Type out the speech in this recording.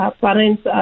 parents